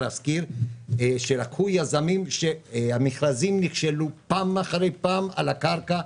להשכיר שלקחו יזמים שהמכרזים נכשלו פעם אחרי פעם על הקרקע,